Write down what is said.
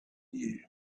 knew